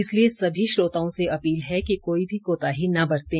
इसलिए सभी श्रोताओं से अपील है कि कोई भी कोताही न बरतें